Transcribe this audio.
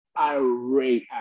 Irate